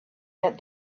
that